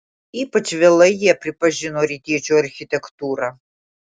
ypač vėlai jie pripažino rytiečių architektūrą